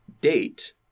date